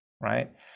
right